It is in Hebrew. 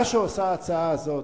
מה עושה ההצעה זאת?